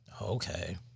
okay